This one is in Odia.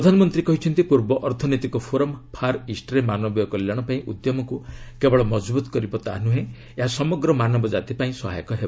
ପ୍ରଧାନମନ୍ତ୍ରୀ କହିଛନ୍ତି ପୂର୍ବ ଅର୍ଥନୈତିକ ଫୋରମ୍ ଫାର୍ ଇଷ୍ଟରେ ମାନବିୟ କଲ୍ୟାଣ ପାଇଁ ଉଦ୍ୟମକୁ କେବଳ ମଜବୁତ କରିବ ତାହା ନୁହେଁ ଏହା ସମଗ୍ର ମାନବଜାତି ପାଇଁ ସହାୟକ ହେବ